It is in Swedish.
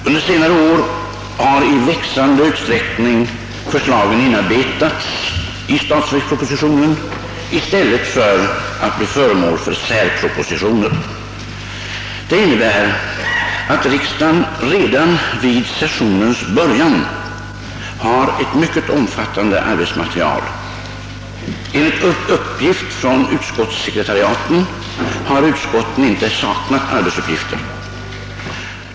Under senare år har i växande utsträckning förslagen inarbetats i statsverkspropositionen i stället för att bli föremål för särpropositioner. Detta innebär att riksdagen redan vid sessionens början har ett mycket omfattande arbetsmaterial. Enligt uppgift från utskottssekretariaten har utskotten inte saknat arbetsuppgifter.